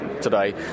today